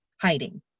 hiding